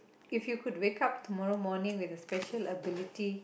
if you could wake up tomorrow morning with a special ability